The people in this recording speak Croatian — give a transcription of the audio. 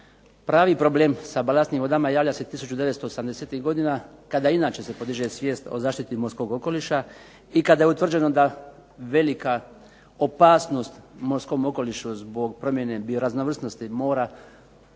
Pravi problem sa balastnim vodama javlja se 1980-ih godina kada inače se podiže svijest o zaštiti morskog okoliša i kada je utvrđeno da velika opasnost morskom okolišu zbog promjene i raznovrsnosti mora